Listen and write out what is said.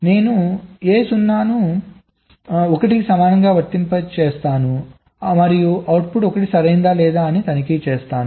నేను A0 ను 1 కి సమానంగా వర్తింపజేస్తాను మరియు అవుట్పుట్ 1 సరియైనదాలేదా అని తనిఖీ చేస్తాను